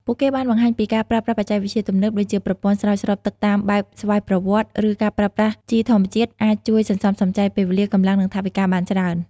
ពួកគេបានបង្ហាញថាការប្រើប្រាស់បច្ចេកវិទ្យាទំនើប ដូចជាប្រព័ន្ធស្រោចស្រពទឹកតាមបែបស្វ័យប្រវត្តិ ឬការប្រើប្រាស់ជីធម្មជាតិអាចជួយសន្សំសំចៃពេលវេលា កម្លាំង និងថវិកាបានច្រើន។